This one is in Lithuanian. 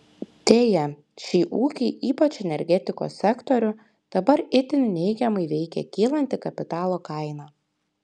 deja šį ūkį ypač energetikos sektorių dabar itin neigiamai veikia kylanti kapitalo kaina